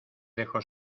dejo